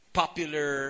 popular